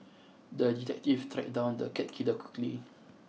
the detective tracked down the cat killer quickly